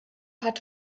hat